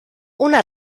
una